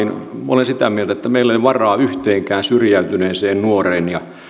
minä olen sitä mieltä että meillä ei ole varaa yhteenkään syrjäytyneeseen nuoreen